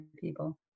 people